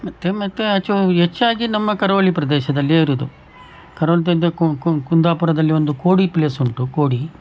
ಮತ್ತೆ ಮತ್ತೆ ಆಚೆ ಹೋಗಿ ಹೆಚ್ಚಾಗಿ ನಮ್ಮ ಕರಾವಳಿ ಪ್ರದೇಶದಲ್ಲಿಯೆ ಇರೋದು ಕರಾವಳಿ ಕು ಕುಂದಾಪುರದಲ್ಲಿ ಒಂದು ಕೋಡಿ ಪ್ಲೇಸ್ ಉಂಟು ಕೋಡಿ